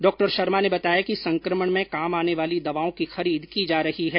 डॉ शर्मा ने बताया कि संक्रमण में काम आने वाली दवाओं की खरीद की जा रही है